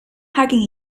hugging